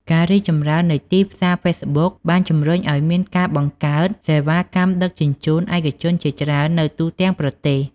ការរីកចម្រើននៃទីផ្សារហ្វេសប៊ុកបានជំរុញឱ្យមានការបង្កើតសេវាកម្មដឹកជញ្ជូនឯកជនជាច្រើននៅទូទាំងប្រទេស។